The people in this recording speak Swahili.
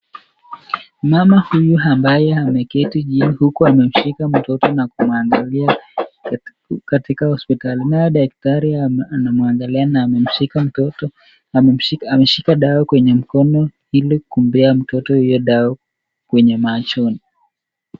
Mama huyu ambaye ameketi chini huku amemshika mtoto na kumwangalia, katika hospitali naye daktari anamwagalia na amemshika mtoto, ameshika dawa kwenye mkono hili kumpa mtoto kwenye machoni.